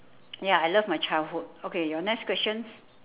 ya I love my childhood okay your next questions